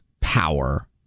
power